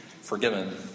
forgiven